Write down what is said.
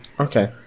okay